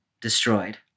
destroyed